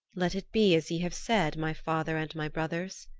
let it be as ye have said, my father and my brothers,